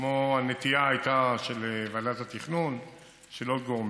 כמו הנטייה שהייתה של ועדת התכנון ועוד גורמים.